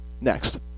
next